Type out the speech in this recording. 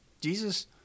Jesus